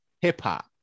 hip-hop